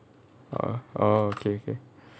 oh orh okay okay